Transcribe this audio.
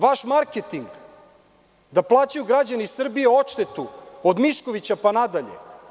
Vaš marketing da plaćaju građani Srbije odštetu od Miškovića pa nadalje.